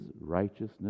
righteousness